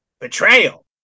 betrayal